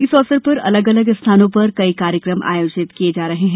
इस अवसर पर अलग अलग स्थानों पर कई कार्यकम आयोजित किये जा रहे हैं